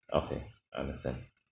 okay understand